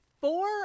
four